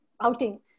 outing